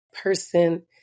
person